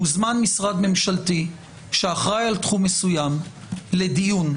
משרד ממשלתי שאחראי לתחום מסוים מוזמן לדיון.